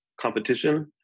competition